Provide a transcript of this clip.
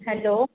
hello